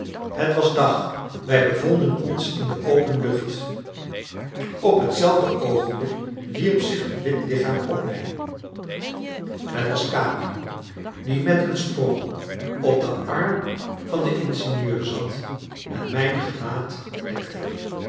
het was dag wij bevonden ons in de open lucht op hetzelfde oogenblik wierp zich een wit lichaam op mij het was capi die met een sprong op den arm van den ingenieur zat en mijn gelaat lekte